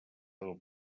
del